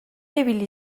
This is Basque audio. ibili